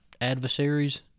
adversaries